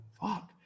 fuck